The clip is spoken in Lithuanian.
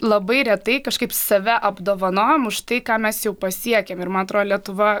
labai retai kažkaip save apdovanojam už tai ką mes jau pasiekėm ir man atrodo lietuva